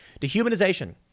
Dehumanization